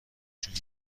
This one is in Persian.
جویی